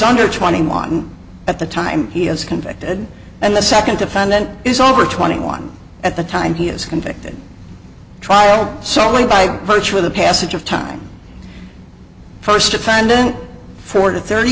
under twenty one at the time he is convicted and the second defendant is over twenty one at the time he is convicted trial so only by virtue of the passage of time first defendant for thirty